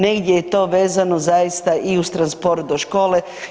Negdje je to vezano zaista i uz transport do škole.